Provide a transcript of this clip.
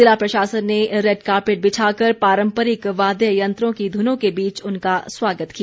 जिला प्रशासन ने रेड कारपेट बिछाकर पारंपरिक वाद्य यंत्रों की धुनों के बीच उनका स्वागत किया